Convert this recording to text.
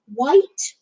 white